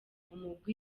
umugwi